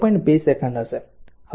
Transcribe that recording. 2 second હશે